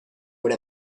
what